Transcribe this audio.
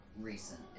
Recent